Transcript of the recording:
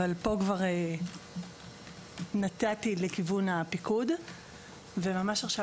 אבל פה נטיתי לכיוון הפיקוד וממש עכשיו